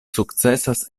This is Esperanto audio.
sukcesas